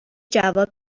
جواب